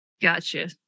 gotcha